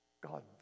God